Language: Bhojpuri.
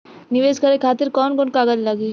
नीवेश करे खातिर कवन कवन कागज लागि?